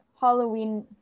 Halloween